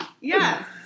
Yes